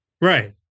right